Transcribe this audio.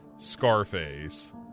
scarface